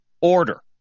order